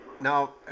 Now